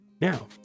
Now